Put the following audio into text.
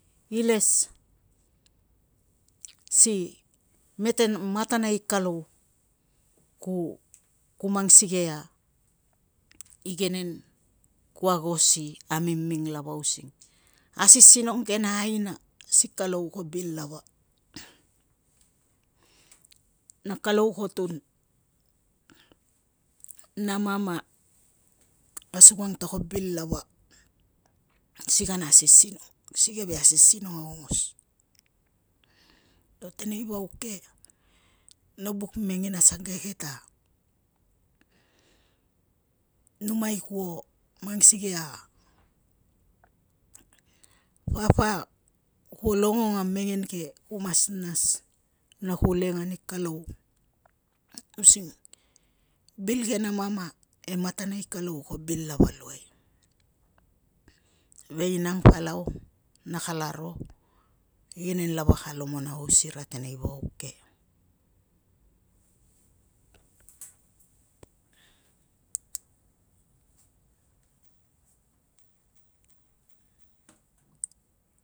Iles si mete matana i kalou ku mang sikei a igenen ku ago si amiming lava using asisinong ke na aina, si kalou ko bil lava, na kalou ko tun na mama asukang ta ko bil lava si kana asisinong si keve asisinong aongos, io tenei vauk ke no buk mengen asangeke ta numai kuo mang sikei a papa kuo longong a mengen ke ku mas nas na ku leng ani kalou. Using bil ke na mama e matana i kalopu ko bil lava luai. Vei nang palau na kalaro igenen lava ka alomonaus ira tenei vauk ke.